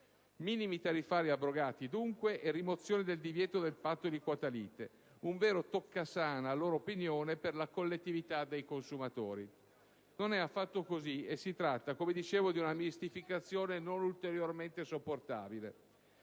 Minimi tariffari abrogati, dunque, e rimozione del divieto del patto di quota lite: un vero toccasana - a loro opinione - per la collettività dei consumatori. Non è affatto così e si tratta - come dicevo - di una mistificazione non ulteriormente sopportabile.